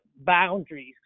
boundaries